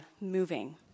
moving